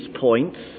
points